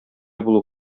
булу